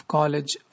College